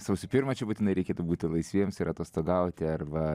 sausio pirmą čia būtinai reikėtų būti laisviems ir atostogauti arba